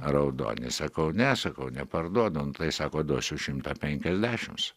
raudoni sakau ne sakau neparduodu sako duosiu šimtą penkiasdešims